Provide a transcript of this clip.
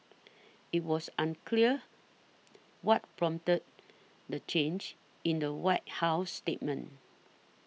it was unclear what prompted the the change in the White House statement